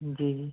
جی جی